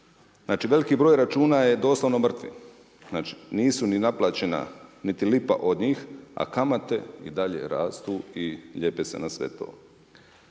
znači veliki broj računa je doslovno mrtvi, znači nisu ni naplaćena niti lipa od njih, a kamate i dalje rastu i lijepe se na sve to.